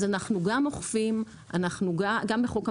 אז אנחנו גם אוכפים, גם בחוק המזון,